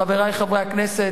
חברי חברי הכנסת,